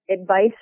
advice